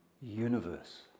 universe